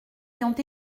ayant